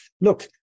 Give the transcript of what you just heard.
look